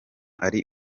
ari